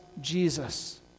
Jesus